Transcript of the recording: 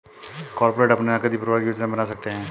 corporate अपने नकदी प्रवाह की योजना बना सकते हैं